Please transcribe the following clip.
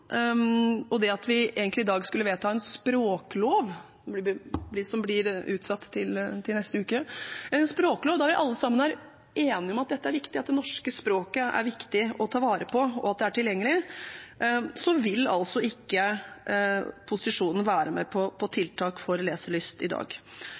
neste uke. Vi er alle sammen enige om at dette er viktig, at det norske språket er viktig å ta vare på, og at det er tilgjengelig. Likevel vil ikke posisjonen være med på